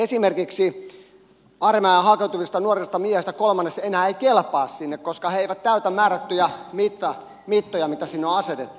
esimerkiksi armeijaan hakeutuvista nuorista miehistä kolmannes ei enää kelpaa sinne koska he eivät täytä määrättyjä mittoja mitä sinne on asetettu